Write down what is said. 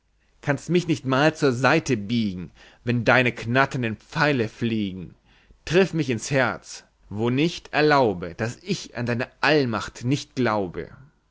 angeschlossen kann mich nicht mal zur seite biegen wenn deine knatternden pfeile fliegen triff mich ins herz wo nicht erlaube daß ich an deine allmacht nicht glaube